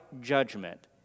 judgment